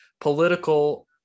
political